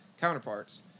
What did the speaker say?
counterparts